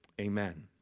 amen